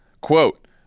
quote